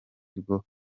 rwo